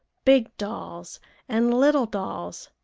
big dolls and little dolls,